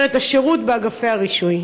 לשיפור השירות באגפי הרישוי?